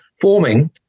forming